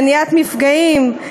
מניעת מפגעים,